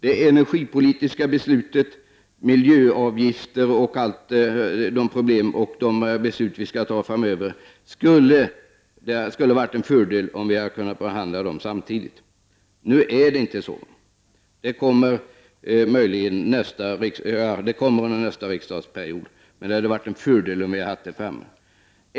Det gäller energipolitiska beslut, miljöavgifter och andra problem som vi skall diskutera framöver. Det hade varit en fördel om dessa frågor hade kunnat behandlas samtidigt. Nu är det inte så. Det kommer visserligen en ny riksdagsperiod, men det hade varit en fördel om frågorna hade behandlats nu.